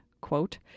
quote